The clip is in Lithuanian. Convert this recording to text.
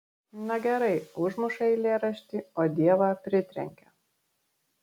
na gerai užmuša eilėraštį o dievą pritrenkia